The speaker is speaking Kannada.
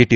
ಟಿ